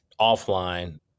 offline